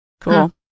Cool